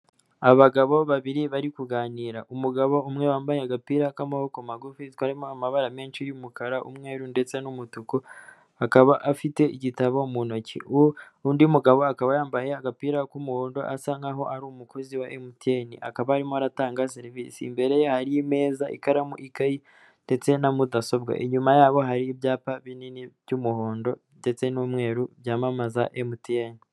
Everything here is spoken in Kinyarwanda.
Abagabo babiri bari kuganira umugabo umwe wambaye agapira k'amaboko magufi karimo amabara menshi y'umukara, umweru ndetse n'umutuku, akaba afite igitabo mu ntoki ubwo undi mugabo akaba yambaye agapira k'umuhondo asa nk'aho ari umukozi wa Emutiyene akaba arimo aratanga serivisi imbere ye hariyo imeza, ikaramu, ikayi ndetse na mudasobwa. Inyuma yabo hariho ibyapa binini by'umuhondo ndetse n'umweru byamamaza Emutiyene.